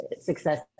success